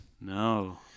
No